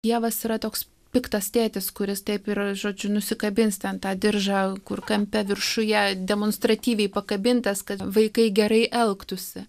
dievas yra toks piktas tėtis kuris taip ir žodžiu nusikabins ten tą diržą kur kampe viršuje demonstratyviai pakabintas kad vaikai gerai elgtųsi